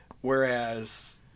Whereas